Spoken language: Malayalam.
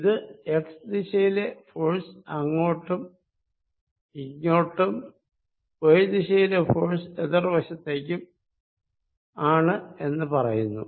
ഇത് x ദിശയിലെ ഫോഴ്സ് ഇങ്ങോട്ടും y ദിശയിലെ ഫോഴ്സ് എതിർവശത്തേക്കും ആണ് എന്ന് പറയുന്നു